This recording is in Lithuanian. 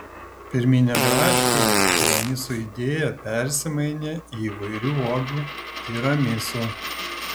pirminė braškių tiramisu idėja persimainė į įvairių uogų tiramisu